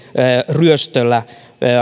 ryöstöllä